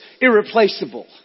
irreplaceable